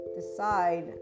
decide